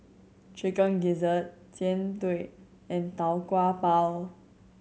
Chicken Gizzard Jian Dui and Tau Kwa Pau